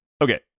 Okay